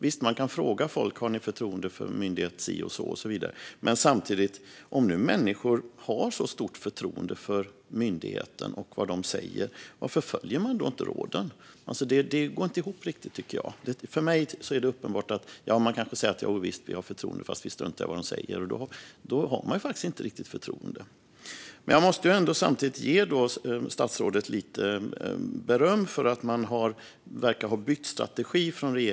Visst kan man fråga om de har förtroende för myndighet si och så och så vidare - men om människor nu har ett så stort förtroende för en myndighet och vad den säger, varför följer de då inte råden? Det går inte riktigt ihop, tycker jag. För mig är det uppenbart att människor kanske säger att de har förtroende men struntar i vad myndigheten säger, och då har de faktiskt inte riktigt förtroende. Samtidigt måste jag ge statsrådet lite beröm för att regeringen verkar ha bytt strategi.